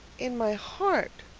in my heart.